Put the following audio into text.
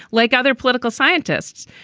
like other political scientists,